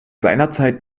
seinerzeit